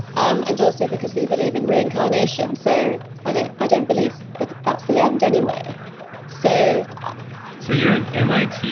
um and also because we believe in reincarnation so i don't i don't believe that that's the end anyway so so you're an mit,